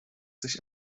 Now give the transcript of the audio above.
sich